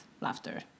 laughter